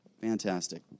fantastic